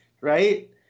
right